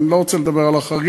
אני לא רוצה לדבר על החריגים,